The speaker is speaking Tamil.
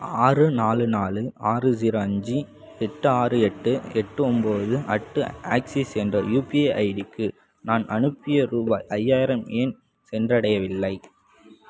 ஆறு நாலு நாலு ஆறு ஸீரோ அஞ்சு எட்டு ஆறு எட்டு எட்டு ஒம்போது அட்டு ஆக்சிஸ் என்ற யூபிஐ ஐடிக்கு நான் அனுப்பிய ரூபாய் ஐயாயிரம் ஏன் சென்றடையவில்லை